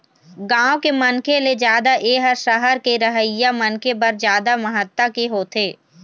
गाँव के मनखे ले जादा ए ह सहर के रहइया मनखे बर जादा महत्ता के होथे